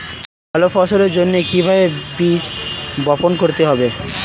ভালো ফসলের জন্য কিভাবে বীজ বপন করতে হবে?